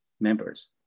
members